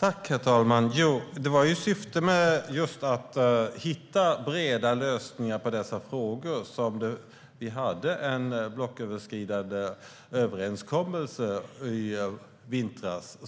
Herr talman! Det var i syfte att hitta breda lösningar i dessa frågor som vi gjorde en blocköverskridande överenskommelse i vintras